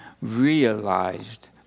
realized